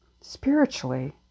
spiritually